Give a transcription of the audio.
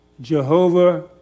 Jehovah